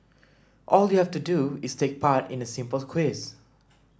all you have to do is take part in a simple quiz